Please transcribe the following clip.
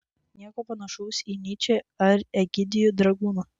nieko panašaus į nyčę ar egidijų dragūną